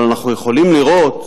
אבל אנחנו יכולים לראות